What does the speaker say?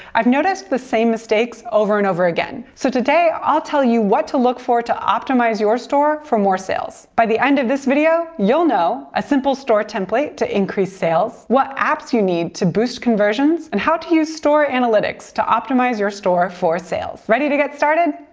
i've noticed the same mistakes over and over again. so today, i'll tell you what to look for to optimize your store for more sales! by the end of this video, you'll know a simple store template to increase sales what apps you need to boost conversions and how to use analytics to optimize your store for sales ready to get started?